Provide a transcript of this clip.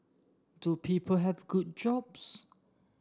do people have good jobs